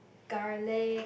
garlic